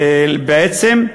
בעצם,